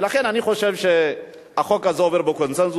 ולכן אני חושב שהחוק הזה עובר בקונסנזוס,